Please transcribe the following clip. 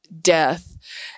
death